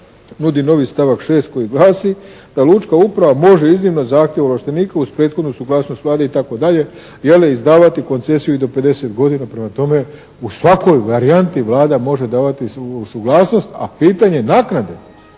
uvodi novi stavak 6. koji glasi da «lučka uprava može iznimno zahtjevu ovlaštenika uz prethodnu suglasnost Vlade» i tako dalje je li «izdavati koncesiju i do 50 godina». Prema tome u svakoj varijanti Vlada može davati suglasnost a pitanje naknade